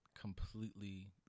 completely